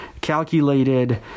calculated